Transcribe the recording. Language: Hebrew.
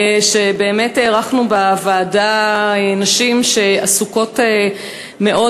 אירחנו בוועדה נשים שעסוקות מאוד,